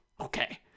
Okay